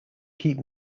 keep